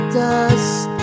dust